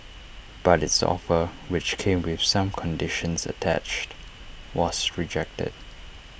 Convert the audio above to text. but its offer which came with some conditions attached was rejected